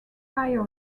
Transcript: higher